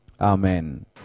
Amen